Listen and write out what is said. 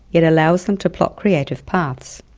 yet allows them to plot creative paths.